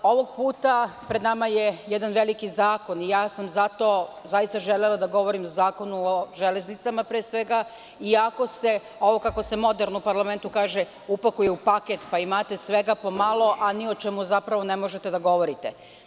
Ovog puta pred nama je jedan veliki zakon i zato sam želela da govorim o Zakonu o železnicama pre svega, iako se, ovo kako se moderno u parlamentu kaže, upakuje u paket, pa imate svega po malo, a ni o čemu zapravo ne možete da govorite.